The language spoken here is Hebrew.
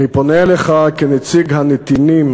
אני פונה אליך כנציג הנתינים,